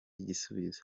igisubizo